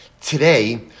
Today